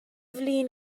flin